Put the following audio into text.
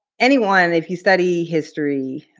anyone, if you study history,